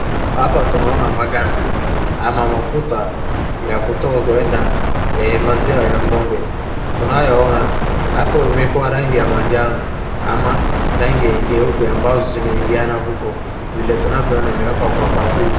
Hapa tunaona mganda ama mafuta ya kutoa kuenda maziwa ya ng'ombe. Tunaye ona hapo imekuwa rangi ya majano ama rangi jeupe ambazo zimeingiana huko vile tunavyoona imewekwa kwa bakuli.